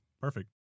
Perfect